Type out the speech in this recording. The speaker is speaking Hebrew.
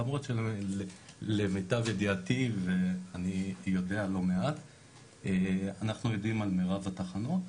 למרות שלמיטב ידיעתי - ואני יודע לא מעט - אנחנו יודעים על מירב התחנות,